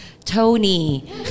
Tony